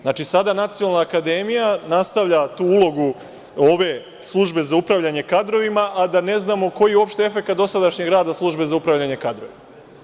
Znači, sada Nacionalna akademija nastavlja tu ulogu ove Službe za upravljanje kadrovima, a da ne znamo koji je uopšte efekat dosadašnjeg rada Službe za upravljanje kadrovima.